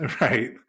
Right